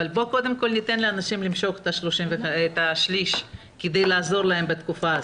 אבל בוא קודם כל ניתן לאנשים למשוך את השליש כדי לעזור להם בתקופה הזאת.